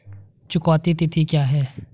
चुकौती तिथि क्या है?